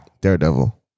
Daredevil